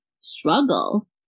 struggle